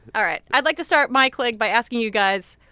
all right. i'd like to start my clig by asking you guys,